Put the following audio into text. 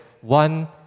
one